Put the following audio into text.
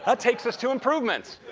that takes us to improvements.